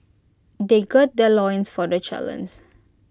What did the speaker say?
they gird their loins for the challenge